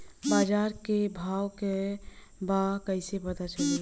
बाजार के भाव का बा कईसे पता चली?